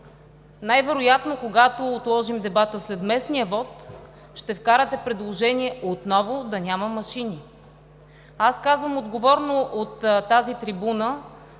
най-вероятно когато отложим дебата след местния вот, отново ще вкарате предложение да няма машини. Аз казвам отговорно от тази трибуна,